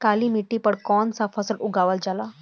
काली मिट्टी पर कौन सा फ़सल उगावल जाला?